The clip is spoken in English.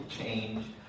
change